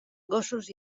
gossos